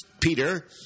Peter